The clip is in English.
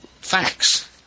facts